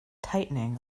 tightening